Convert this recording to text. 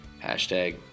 hashtag